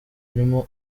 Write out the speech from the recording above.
irimwo